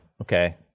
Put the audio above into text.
Okay